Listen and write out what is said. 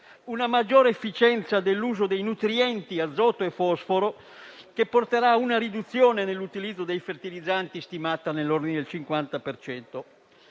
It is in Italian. una maggiore efficienza dell'uso dei nutrienti azoto e fosforo, che porterà a una riduzione dell'utilizzo dei fertilizzanti stimata nell'ordine del 50